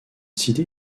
cité